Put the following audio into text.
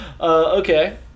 Okay